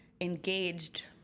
engaged